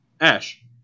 Ash